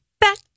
back